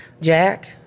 Jack